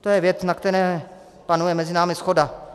To je věc, na které panuje mezi námi shoda.